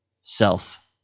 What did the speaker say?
self